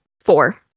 four